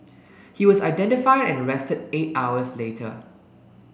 he was identified and arrested eight hours later